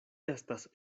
estas